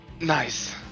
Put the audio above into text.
Nice